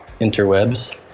interwebs